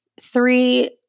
Three